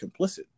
complicit